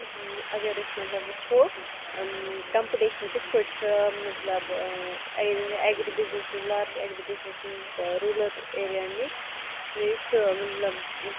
اَگَر أسۍ مَطلَب وٕچھو کَمپیوٹیشَن کِتھ پٲٹھۍ چھُ مَطلَب اٮ۪گرِ اٮ۪گرِ بِزنِس لارٕج اٮ۪گرِ بِزنِس تہٕ روٗرَل ایریاہَن نِش سُہ مَطلَب